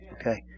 Okay